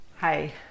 Hi